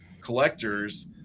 collectors